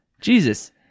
Jesus